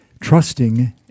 trusting